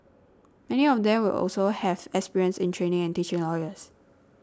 many of them will also have experience in training and teaching lawyers